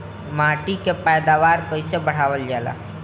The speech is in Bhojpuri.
माटी के पैदावार कईसे बढ़ावल जाला?